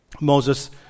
Moses